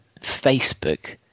Facebook